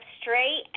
straight